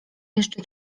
jeszcze